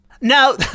Now